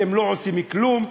אתם לא עושים כלום.